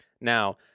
Now